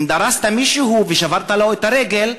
אם דרסת מישהו ושברת לו את הרגל,